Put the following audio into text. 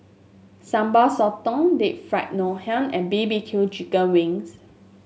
Sambal Sotong Deep Fried Ngoh Hiang and B B Q Chicken Wings